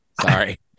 sorry